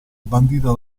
bandita